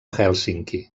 hèlsinki